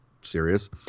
serious